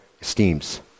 esteems